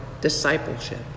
discipleship